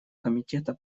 комитета